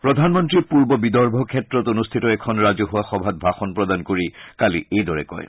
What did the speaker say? প্ৰধানমন্ত্ৰীয়ে পূব বিদৰ্ভ ক্ষেত্ৰত অনূচিত এখন ৰাজহুৱা সভাত ভাষণ প্ৰদান কৰি এইদৰে কয়